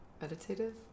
Meditative